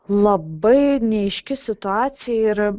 labai neaiški situacija ir